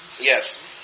Yes